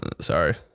Sorry